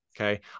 okay